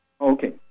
Okay